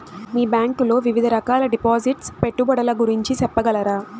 మీ bank లో వివిధ రకాల డిపాసిట్స్, పెట్టుబడుల గురించి సెప్పగలరా?